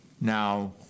Now